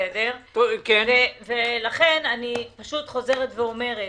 אני חוזרת ואומרת